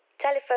Telephone